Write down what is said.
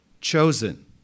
chosen